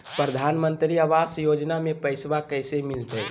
प्रधानमंत्री आवास योजना में पैसबा कैसे मिलते?